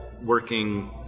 working